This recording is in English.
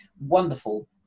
wonderful